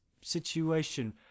situation